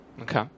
Okay